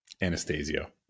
Anastasio